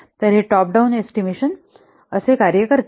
तर हे top down estimation असे कार्य करते